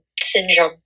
syndrome